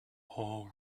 whole